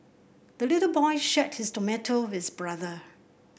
the little boy shared his tomato with brother